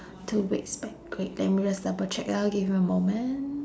two weeks back K let me just double check ah give me a moment